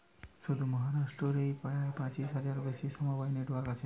শুধু মহারাষ্ট্র রেই প্রায় পঁচিশ হাজারের বেশি সমবায় নেটওয়ার্ক আছে